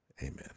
Amen